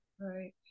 right